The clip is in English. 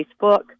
Facebook